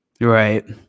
Right